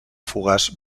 fugaç